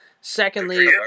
Secondly